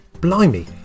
Blimey